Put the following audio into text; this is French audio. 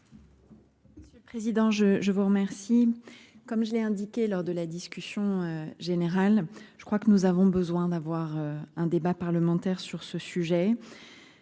Ministre. Président, je vous remercie. Comme je l'ai indiqué lors de la discussion générale, je crois que nous avons besoin d'avoir un débat parlementaire sur ce sujet.